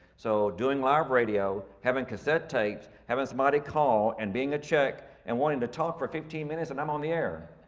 so doing live radio, having cassette tapes, having somebody call and being a czech and wanting to talk for fifteen minutes, and i'm on the air.